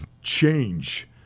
change